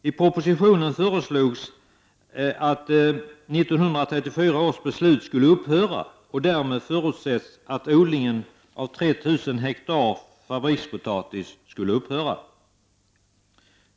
I propositionen föreslås att 1934 års riksdagsbeslut skall upphöra att gälla. Därmed förutsätts att odlingen av 3 000 hektar fabrikspotatis skall läggas ned.